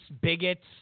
bigots